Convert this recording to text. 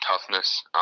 toughness